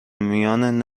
میان